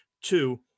Two